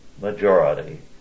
majority